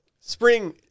Spring